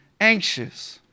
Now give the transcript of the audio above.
anxious